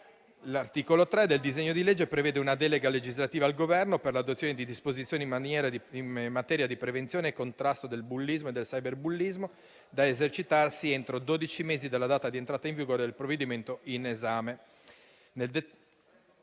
L'articolo 3 del disegno di legge prevede una delega legislativa al Governo per l'adozione di disposizioni in materia di prevenzione e contrasto del bullismo e del cyberbullismo da esercitarsi entro dodici mesi dalla data di entrata in vigore del provvedimento in esame.